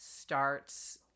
starts